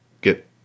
get